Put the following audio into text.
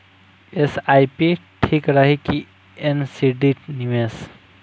SIP ठीक रही कि एन.सी.डी निवेश?